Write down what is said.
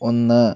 ഒന്ന്